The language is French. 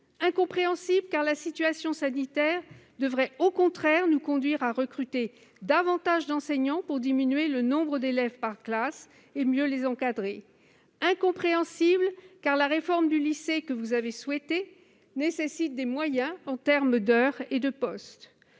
Incompréhensibles, car la situation sanitaire devrait, au contraire, nous conduire à recruter davantage d'enseignants pour diminuer le nombre d'élèves par classes et mieux les encadrer. Incompréhensibles, car la réforme du lycée que vous avez souhaitée nécessite des moyens en heures et en postes.